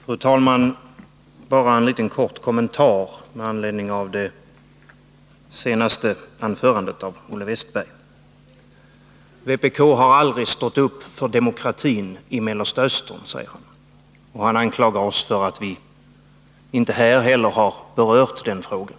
Fru talman! Bara en liten kort kommentar med anledning av det senaste anförandet av Olle Wästberg i Stockholm. Han säger att vpk aldrig stått upp för demokratin i Mellersta Östern, och han anklagar oss för att vi inte här heller har berört den frågan.